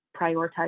prioritize